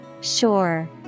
Sure